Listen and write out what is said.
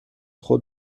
خود